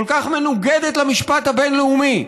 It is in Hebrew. כל כך מנוגדת למשפט הבין-לאומי,